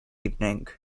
evening